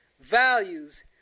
values